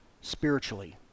spiritually